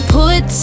put